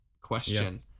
question